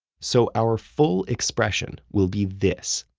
so our full expression will be this.